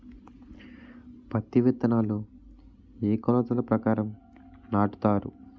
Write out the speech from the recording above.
పత్తి విత్తనాలు ఏ ఏ కొలతల ప్రకారం నాటుతారు?